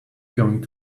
going